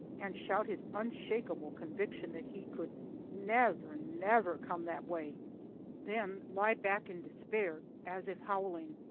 and shout his unshakable conviction that he could never, never come that way then lie back in despair, as if howling,